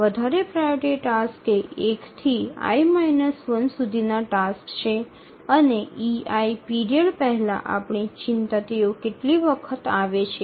વધારે priority tasks એ 1 થી i −1 સુધીના ટાસક્સ છે અને ei પીરિયડ પહેલાં આપણી ચિંતા તેઓ કેટલી વખત આવે છે